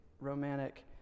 romantic